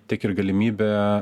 tiek ir galimybė